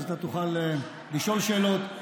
אז אתה תוכל לשאול שאלות.